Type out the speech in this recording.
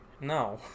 No